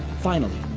finally,